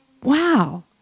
Wow